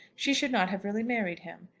she should not have really married him.